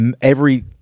every-